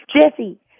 Jesse